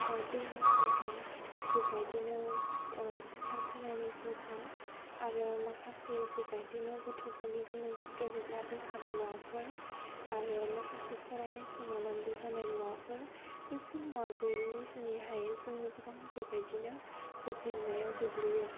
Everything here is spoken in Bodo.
दैनि फुंखा बेबायदिनो कारखानानि फुंखा आरो माखासे बेबायदिनो गथ'फोरनि गेलेग्रा बेसाद मुवाफोर आरो माखासे फरायनाय समाव नांगौ जानाय मुवाफोर बेफोर मुवा गैयिनि जुनैहाय जोङो गोबां बेबायदिनो जेंनायाव गोग्लैयो